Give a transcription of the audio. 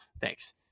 thanks